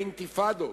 האינתיפאדות,